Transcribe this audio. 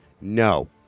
No